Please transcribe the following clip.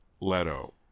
Leto